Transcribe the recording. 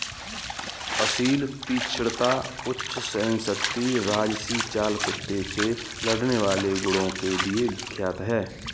असील तीक्ष्णता, उच्च सहनशक्ति राजसी चाल कुत्ते से लड़ने वाले गुणों के लिए विख्यात है